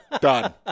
done